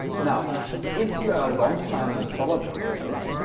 now if you are a long-time mathologer viewer,